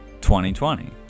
2020